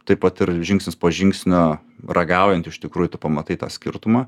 taip pat ir žingsnis po žingsnio ragaujant iš tikrųjų tu pamatai tą skirtumą